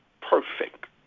perfect